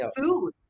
food